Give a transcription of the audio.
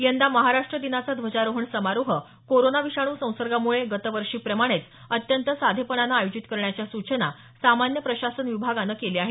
यंदा महाराष्ट्र दिनाचा ध्वजारोहण समारोह कोरोना विषाणू संसर्गामुळे गतवर्षीप्रमाणेच अत्यंत साधेपणानं आयोजित करण्याच्या सूचना सामान्य प्रशासन विभागानं केल्या आहेत